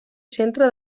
centre